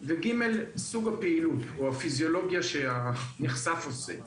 והשלישי הוא סוג הפעילות או הפיזיולוגיה שהנחשף עושה.